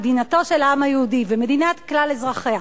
מדינתו של העם היהודי ומדינת כלל אזרחיה.